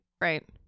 right